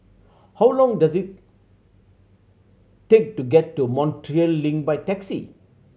how long does it take to get to Montreal Link by taxi